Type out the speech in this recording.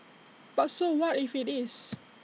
but so what if IT is